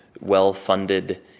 well-funded